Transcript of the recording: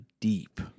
deep